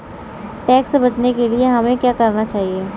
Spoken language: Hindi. टैक्स से बचने के लिए हमें क्या करना चाहिए?